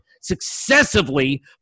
successively